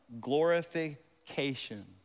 glorification